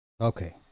Okay